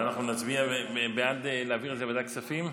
אז אנחנו נצביע בעד להעביר את זה לוועדת הכספים.